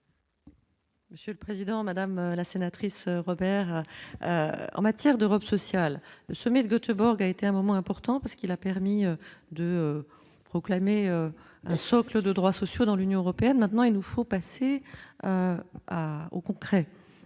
Monsieur le Président, Madame la sénatrice, Robert en matière d'Europe sociale se Göteborg a été un moment important parce qu'il a permis de proclamer un socle de droits sociaux dans l'Union européenne, maintenant il nous faut passer au concret,